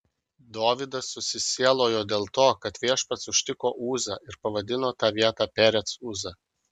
dovydas susisielojo dėl to kad viešpats ištiko uzą ir pavadino tą vietą perec uza